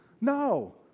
No